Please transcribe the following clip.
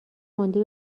مانده